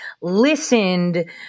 listened